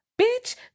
Bitch